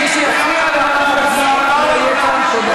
מי שיפריע להצבעה לא יהיה כאן.